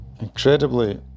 incredibly